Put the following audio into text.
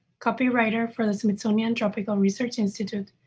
copywriter for the smithsonian tropical research institute.